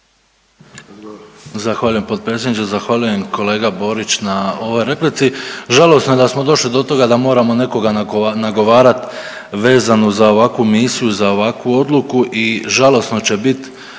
Zahvaljujem potpredsjedniče. Zahvaljujem kolega Borić na ovoj replici. Žalosno je da smo došli do toga da moramo nekoga nagovarat vezano za ovakvu misiju, za ovakvu odluku i žalosno će bit